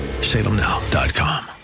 Salemnow.com